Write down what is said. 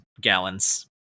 gallons